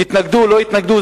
יתנגדו או לא יתנגדו,